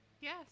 Yes